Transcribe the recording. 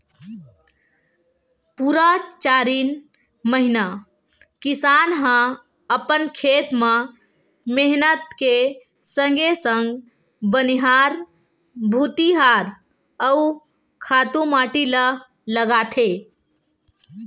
पुरा चारिन महिना किसान ह अपन खेत म मेहनत के संगे संग बनिहार भुतिहार अउ खातू माटी ल लगाथे